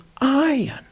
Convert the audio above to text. iron